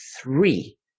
three